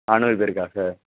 ஆனிவர்சரிக்கா sir